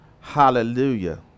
Hallelujah